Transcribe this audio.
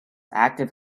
active